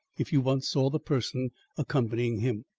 if you once saw the person accompanying him.